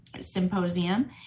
Symposium